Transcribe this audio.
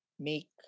Make